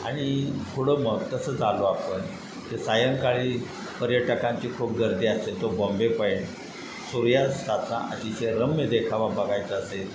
आणि पुढं मग तसंच आलो आपण ते सायंकाळी पर्यटकांची खूप गर्दी असते तो बॉम्बे पॉईंट सूर्यास्ताचा आतिशय रम्य देखावा बघायचा असेल